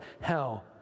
hell